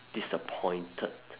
disappointed